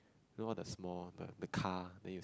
know all the small the the car then you